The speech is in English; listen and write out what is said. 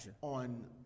on